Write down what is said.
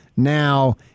now